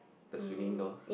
the swinging doors